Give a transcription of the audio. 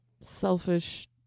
selfish